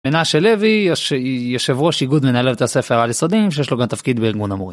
מנשה לוי יושב ראש איגוד מנהלת בתי הספר העל יסודיים שיש לו גם תפקיד בארגון המורים.